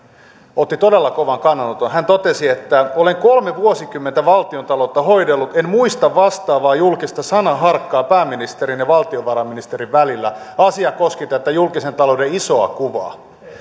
otti todella kovan kannanoton hän totesi olen kolme vuosikymmentä valtiontaloutta hoidellut en muista vastaavaa julkista sanaharkkaa pääministerin ja valtiovarainministerin välillä asia koski tätä julkisen talouden isoa kuvaa